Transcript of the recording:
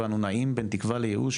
ואנו נעים בין תקווה לייאוש,